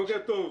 בוקר טוב,